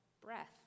breath